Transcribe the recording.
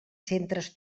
centres